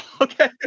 Okay